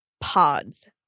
pods